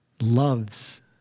loves